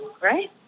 right